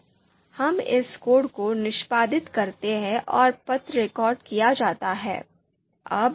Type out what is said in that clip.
तो हम इस कोड को निष्पादित करते हैं और पथ रिकॉर्ड किया जाता है